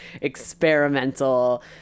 experimental